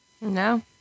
No